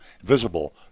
visible